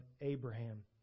Abraham